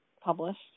published